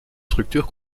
structure